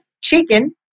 chicken